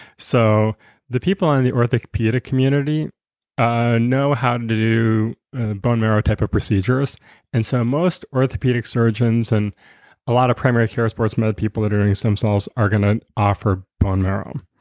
so the people in in the orthopedic community ah know how to do bone marrow type of procedures and so most orthopedic surgeons and a lot of primary care sports med people that are doing stem cells are going to offer bone marrow.